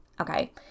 okay